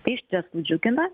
tai iš tiesų džiugina